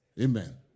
Amen